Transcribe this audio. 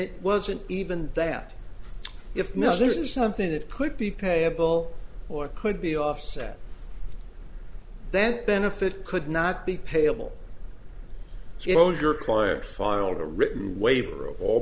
it wasn't even that if now this is something that could be payable or could be offset that benefit could not be payable so you know your client filed a written waiver of all